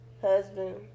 husband